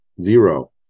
zero